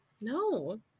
No